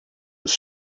with